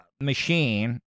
machine